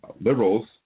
liberals